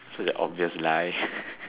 such a obvious lie